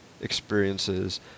experiences